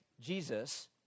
Jesus